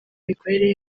mikorere